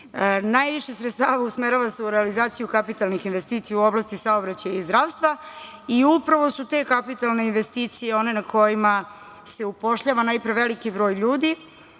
Najviše sredstava usmerava se u realizaciju kapitalnih investicija u oblasti saobraćaja i zdravstva i upravo su te kapitalne investicije one na kojima se upošljava najpre veliki broj ljudi